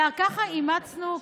וככה אימצנו,